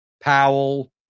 Powell